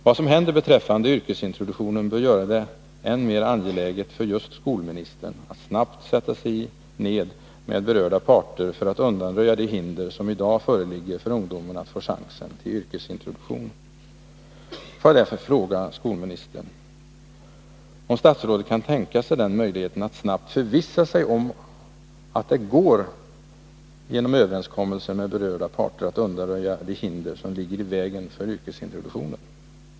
Vad som händer beträffande yrkesintroduktionen bör göra det än mer angeläget för just skolministern att snarast sätta sig ned med berörda parter för att undanröja de hinder som i dag föreligger för ungdomen att få chansen till yrkesintroduktion. Får jag därför fråga skolministern, om statsrådet kan tänka sig den möjligheten att snarast förvissa sig om att det går att genom överenskommelser med berörda parter undanröja de hinder som ligger i vägen för yrkesintroduktionen.